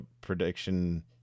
prediction